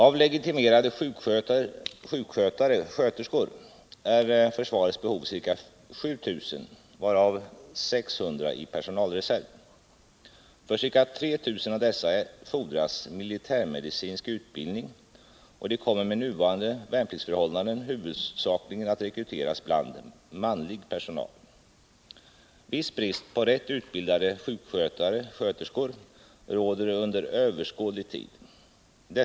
Avlegitimerade sjukskötare sköterskor kommer under överskådlig tid att råda.